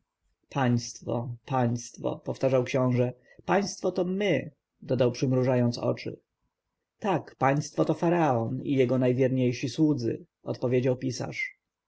państwo państwo powtarzał książę państwo to my dodał przymrużając oczy tak państwo to faraon i jego najwierniejsi słudzy odpowiedział pisarz